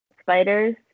spiders